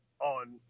on